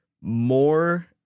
more